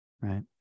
right